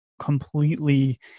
completely